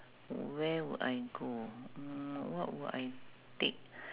where would I go mm what would I take